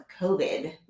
COVID